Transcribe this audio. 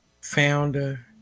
founder